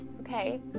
Okay